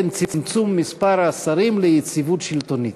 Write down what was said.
בין צמצום מספר השרים ליציבות שלטונית.